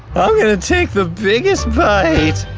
ah gonna take the biggest bite!